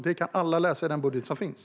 Det kan alla läsa i den budget som finns.